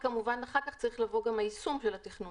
וכמובן אחר כך צריך גם לבוא היישום של התכנון,